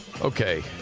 Okay